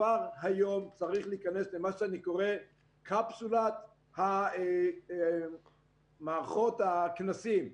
צריך להיכנס למה אני קורא קפסולת מערכות הכנסים.